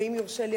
ואם יורשה לי,